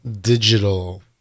digital